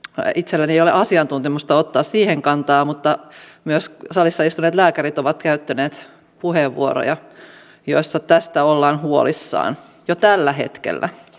itselläni ei ole asiantuntemusta ottaa siihen kantaa mutta myös salissa istuneet lääkärit ovat käyttäneet puheenvuoroja joissa tästä ollaan huolissaan jo tällä hetkellä